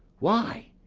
why,